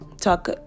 talk